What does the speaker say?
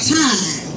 time